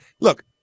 Look